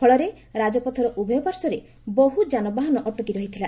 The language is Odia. ଫଳରେ ରାକପଥର ଉଭୟ ପାର୍ଶ୍ୱରେ ବହୁ ଯାନବାହାନ ଅଟକି ରହିଥିଲା